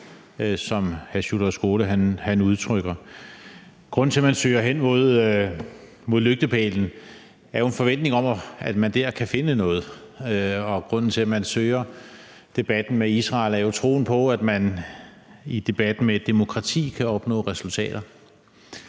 Sjúrður Skaale udtrykker. Grunden til, at man søger hen imod lygtepælen, er jo en forventning om, at man der kan finde noget, og grunden til, at man søger debatten med Israel, er jo troen på, at man i debat med et demokrati kan opnå resultater.